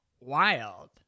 wild